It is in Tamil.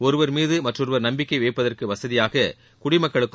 ஒருவர் மீது மற்றொருவர் நம்பிக்கை வைப்பதற்கு வசதியாக குடிமக்களுக்கும்